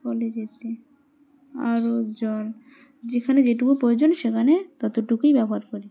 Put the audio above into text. ফলে যেতে আরও জল যেখানে যেটুকু প্রয়োজন সেখানে ততটুকুই ব্যবহার করি